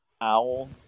owl